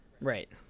right